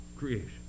Creation